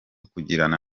kugirana